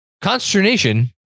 consternation